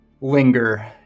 linger